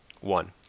One